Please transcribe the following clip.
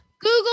Google